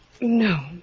No